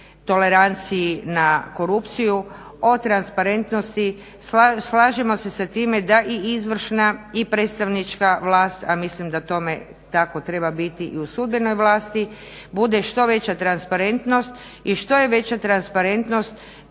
toleranciji na korupciju, o transparentnosti, slažemo se sa time da i izvršna, a i predstavnička vlast, a mislim da tome tako treba biti i u sudbenoj vlasti bude što veća transparentnost i što je veća transparentnost